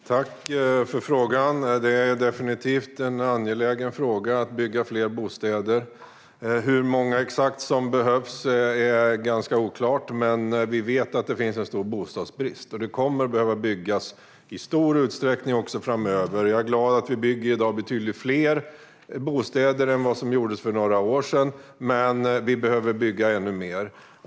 Herr talman! Jag tackar för frågan. Det är definitivt en angelägen fråga att bygga fler bostäder. Exakt hur många som behövs är ganska oklart. Men vi vet att det finns en stor bostadsbrist, och det kommer att behöva byggas i stor utsträckning också framöver. Jag är glad över att det i dag byggs betydligt fler bostäder än för några år sedan. Men vi behöver bygga ännu mer.